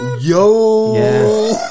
Yo